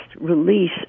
release